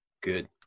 Good